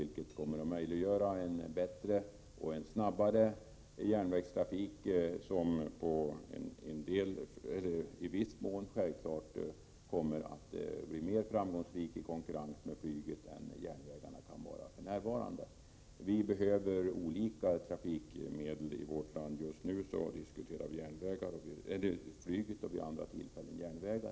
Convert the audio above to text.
Det kommer att möjliggöra en bättre och snabbare järnvägstrafik, som självfallet i viss mån kommer att bli mer framgångsrik i konkurrensen med flyget än den för närvarande kan vara. Det behövs olika trafikmedel i vårt land. Just nu diskuterar vi flyget, och vid andra tillfällen diskuterar vi järnvägar.